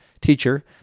Teacher